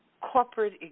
corporate